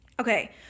Okay